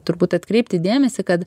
turbūt atkreipti dėmesį kad